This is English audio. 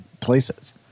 places